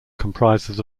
comprises